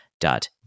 dot